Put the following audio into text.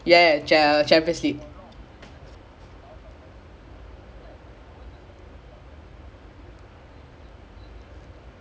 then a lot of players until now somehow they it's like they always have some it's like they always have legit just um damn strong one it's like legit just generally young talents